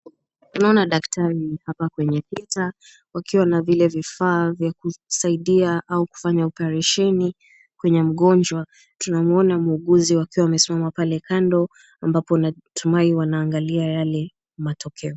Naona daktari hapa kwenye picha wakiwa na vile vifaa vya kusaidia au kufanya oparesheni kwenye mgonjwa. Tunamuona muuguzi akiwa amesimama pale kando ambapo natumai wanaangalia yale matokeo.